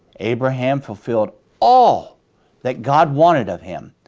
abraham fulfilled all that god wanted of him.